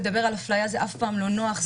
לדבר על הפליה זה אף פעם לא נוח,